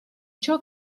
ciò